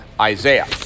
Isaiah